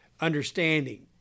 understanding